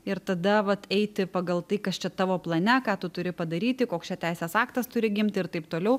ir tada vat eiti pagal tai kas čia tavo plane ką tu turi padaryti koks čia teisės aktas turi gimti ir taip toliau